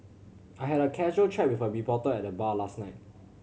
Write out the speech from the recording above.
I had a casual chat with a reporter at the bar last night